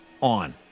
on